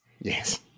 Yes